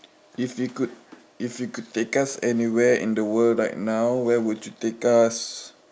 if you could if you could take us anywhere in the world right now where would you take us